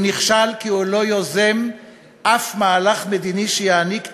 הוא נכשל כי הוא לא יוזם מהלך מדיני שיעניק תקווה.